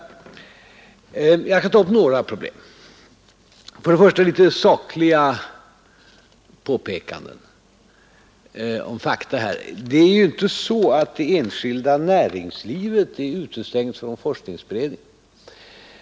Men jag skall ta upp några problem. Först och främst några sakliga påpekanden. Det är inte så att det enskilda näringslivet är utestängt från forskningsberedningen.